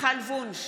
מיכל וונש,